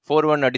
4-1